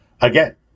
again